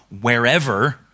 wherever